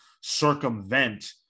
circumvent